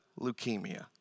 leukemia